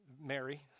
Mary